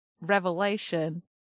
revelation